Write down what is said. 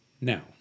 Now